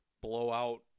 blowout